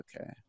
okay